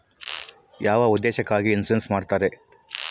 ಯಾವ ಉದ್ದೇಶಕ್ಕಾಗಿ ಇನ್ಸುರೆನ್ಸ್ ಮಾಡ್ತಾರೆ?